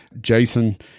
Jason